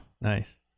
nice